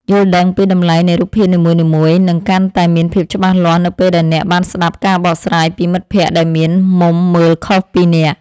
យល់ដឹងពីតម្លៃនៃរូបភាពនីមួយៗនឹងកាន់តែមានភាពច្បាស់លាស់នៅពេលដែលអ្នកបានស្តាប់ការបកស្រាយពីមិត្តភក្តិដែលមានមុំមើលខុសពីអ្នក។